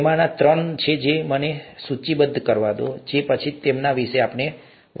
તેમાંના ત્રણ છે મને સૂચિબદ્ધ કરવા દો અને પછી તેમના વિશે વાત કરો